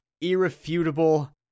irrefutable